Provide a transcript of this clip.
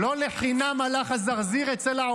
שמענו אותך.